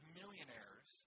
millionaires